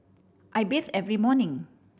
I bathe every morning